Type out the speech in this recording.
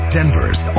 Denver's